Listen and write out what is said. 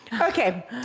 okay